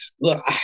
look